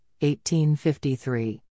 1853